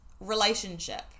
relationship